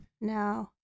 No